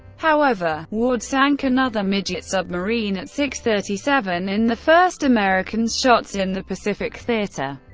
however, ward sank another midget submarine at six thirty seven in the first american shots in the pacific theater.